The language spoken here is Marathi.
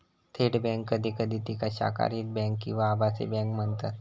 थेट बँक कधी कधी तिका शाखारहित बँक किंवा आभासी बँक म्हणतत